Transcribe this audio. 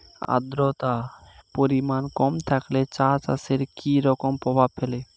আদ্রতার পরিমাণ কম থাকলে চা চাষে কি রকম প্রভাব ফেলে?